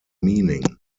meaning